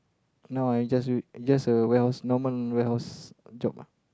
now I just do just a warehouse normal warehouse job ah